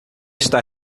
está